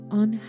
on